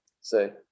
say